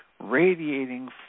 radiating